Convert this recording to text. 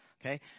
okay